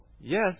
Yes